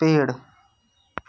पेड़